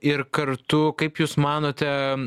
ir kartu kaip jūs manote